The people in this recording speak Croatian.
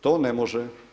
To ne može.